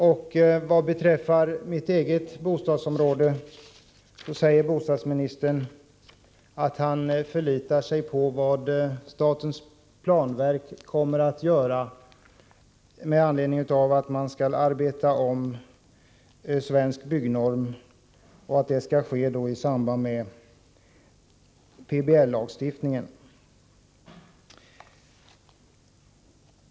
Bostadsministern säger: ”Vad gäller krav på byggnader — som är mitt ansvarsområde — räknar jag med att planverket vid den kommande översynen av Svensk byggnorm också uppmärksammar vad radonutredningen har föreslagit.” Det gäller alltså den s.k. PBL-lagstiftningen.